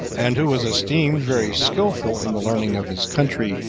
and who was esteemed very skillful in the learning of his country,